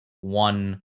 one